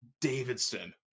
Davidson